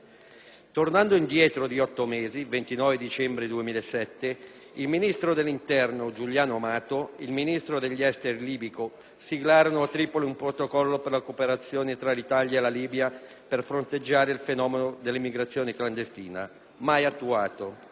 Tornando indietro di otto mesi, il 29 dicembre 2007 il ministro dell'interno Giuliano Amato e il Ministro degli esteri libico siglarono a Tripoli un Protocollo per la cooperazione tra l'Italia e la Libia per fronteggiare il fenomeno dell'immigrazione clandestina, mai attuato.